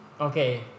okay